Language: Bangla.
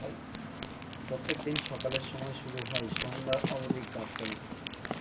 প্রত্যেক দিন সকালের সময় শুরু হয় সন্ধ্যা অব্দি কাজ চলে